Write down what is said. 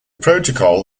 protocol